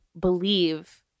believe